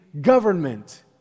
government